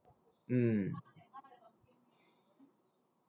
mm